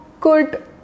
good